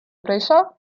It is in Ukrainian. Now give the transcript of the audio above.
прийшов